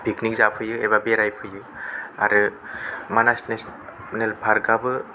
picnic जाफैयो एबा बेरायफैयो आरो मानास नेसनेल पारक आबो